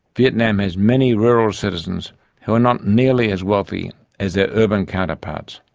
vietnam has many rural citizens who are not nearly as wealthy as their urban counterparts.